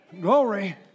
Glory